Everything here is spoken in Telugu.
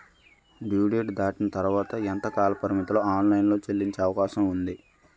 డ్యూ డేట్ దాటిన తర్వాత ఎంత కాలపరిమితిలో ఆన్ లైన్ లో చెల్లించే అవకాశం వుంది?